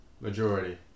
majority